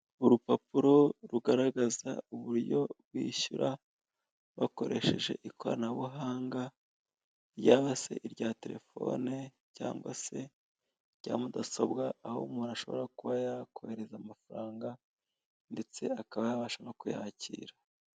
Urupapuro rugaragaza uburyo bishyura bakoresheje ikoranabuhanga, yaba se irya telefone cyangwa se irya mudasobwa, aho umuntu ashobora kuba yakohereza amafaranga ndetse akaba yabasha no kuyakira.